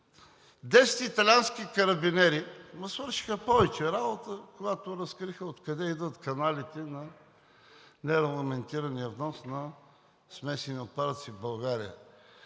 10 италиански карабинери му свършиха повече работа, когато разкриха откъде идват каналите на нерегламентирания внос на смесени отпадъци в България.